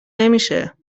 نمیشه